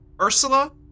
Ursula